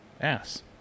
ass